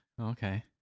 Okay